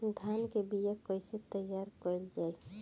धान के बीया तैयार कैसे करल जाई?